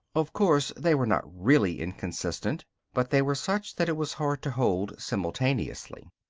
of course they were not really inconsistent but they were such that it was hard to hold simultaneously.